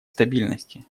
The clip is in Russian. стабильности